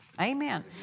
Amen